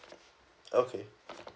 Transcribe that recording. okay